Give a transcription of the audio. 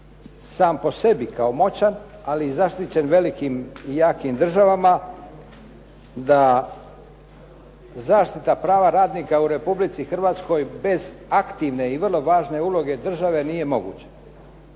sam po sebi kao moćan, ali i zaštićen velikim i jakim državama da zaštita prava radnika u Republici Hrvatskoj bez aktivne i vrlo važne uloge države nije moguće.